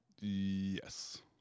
Yes